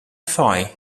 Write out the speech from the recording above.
phi